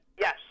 Yes